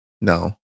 No